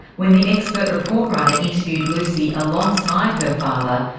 when the expert report writer interviewed lucy alongside her father,